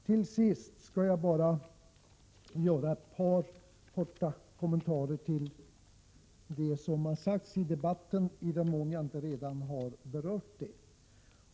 Till sist skall jag bara göra ett par korta kommentarer till det som har sagts i debatten, i den mån som jag inte redan har berört det.